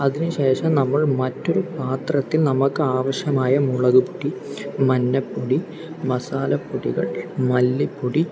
അതിനുശേഷം നമ്മൾ മറ്റൊരു പാത്രത്തിൽ നമ്മൾക്ക് ആവശ്യമായ മുളകുപൊടി മഞ്ഞൾപ്പൊടി മസാലപ്പൊടികൾ മല്ലിപ്പൊടി